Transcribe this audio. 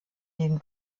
den